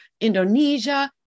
Indonesia